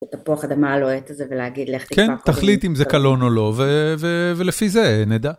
התפוח אדמה הלוהט הזה ולהגיד לך... כן, תחליט אם זה קלון או לא, ולפי זה נדע.